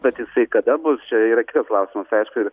bet jisai kada bus čia yra kitas klausimas aišku ir